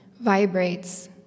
vibrates